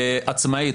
עצמאית,